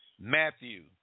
Matthew